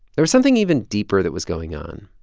there was something even deeper that was going on.